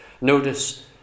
Notice